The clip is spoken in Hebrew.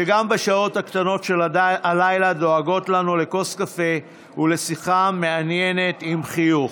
שגם בשעות הקטנות של הלילה דואגות לנו לכוס קפה ולשיחה מעניינת עם חיוך.